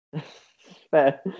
Fair